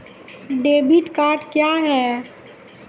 Debit card क्या हैं?